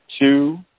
two